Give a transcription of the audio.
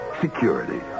Security